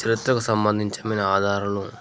చరిత్రకు సంబంధించినమైన ఆధారాలను